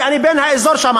אני בן האזור שם,